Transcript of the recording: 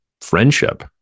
friendship